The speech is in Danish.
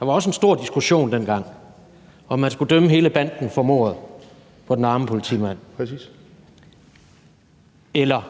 Der var også dengang en stor diskussion om, om man skulle dømme hele banden for mordet på den arme politimand, eller